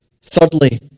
Thirdly